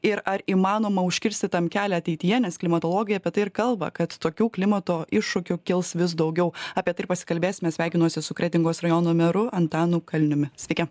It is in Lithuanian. ir ar įmanoma užkirsti tam kelią ateityje nes klimatologija apie tai ir kalba kad tokių klimato iššūkių kils vis daugiau apie tai pasikalbėsime sveikinosi su kretingos rajono meru antanu kalniumi sveiki